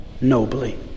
nobly